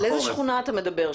על איזו שכונה אתה מדבר?